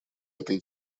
этой